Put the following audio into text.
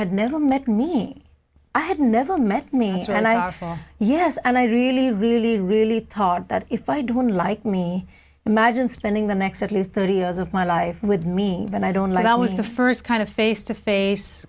had never met me i had never met me and i often yes and i really really really taught that if i had one like me imagine spending the next at least thirty years of my life with me and i don't like i was the first kind of face to face